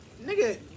Nigga